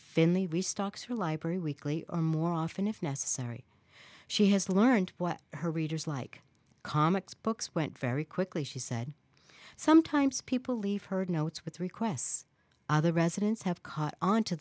finlay restocks or library weekly or more often if necessary she has learned what her readers like comics books went very quickly she said sometimes people leave her notes with requests other residents have caught on to